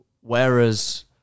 whereas